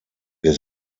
wir